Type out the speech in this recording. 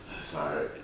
sorry